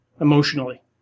emotionally